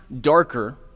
darker